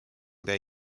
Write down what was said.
their